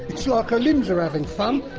it's like her limbs are having fun,